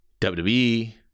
WWE